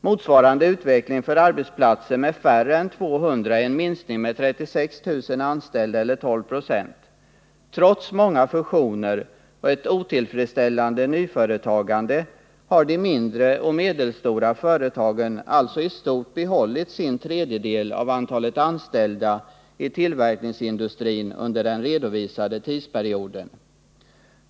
Motsvarande utveckling för arbetsplatser med färre än 200 anställda är en minskning med 36 000 eller 12 96. Trots många fusioner och ett otillfredsställande nyföretagande, har de mindre och medelstora företagen alltså i stort behållit sin tredjedel av antalet anställda i tillverkningsindustrin under den redovisade tidsperioden.